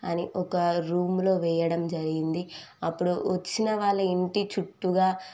అని ఒక రూంలో వేయడం జరిగింది అప్పుడు వచ్చిన వాళ్ళ ఇంటి చుట్టు